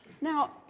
Now